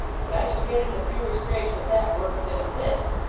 but i shall get into fewer scrapes at that work than at this.